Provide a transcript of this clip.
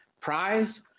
Prize